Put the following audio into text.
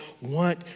want